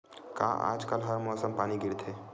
का आज कल हर मौसम पानी गिरथे?